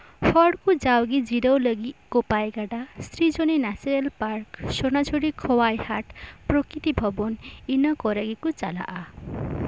ᱦᱚᱲ ᱠᱩ ᱡᱟᱣᱜᱮ ᱞᱟᱹᱜᱤᱫ ᱠᱳᱯᱟᱭ ᱜᱟᱰᱟ ᱥᱨᱤᱡᱚᱱᱤ ᱱᱮᱪᱚᱨᱮᱞ ᱯᱟᱨᱠ ᱥᱳᱱᱟᱡᱷᱩᱨᱤ ᱠᱷᱳᱣᱟᱭ ᱦᱟᱴ ᱯᱨᱚᱠᱨᱤᱛᱤ ᱵᱷᱚᱵᱚᱱ ᱤᱱᱟᱹ ᱠᱚᱨᱮ ᱜᱮᱠᱚ ᱪᱟᱞᱟᱜᱼᱟ